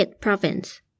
Province